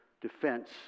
defense